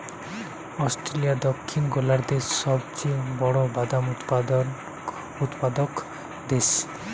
Australia দক্ষিণ গোলার্ধের সবচেয়ে বড় বাদাম উৎপাদক দেশ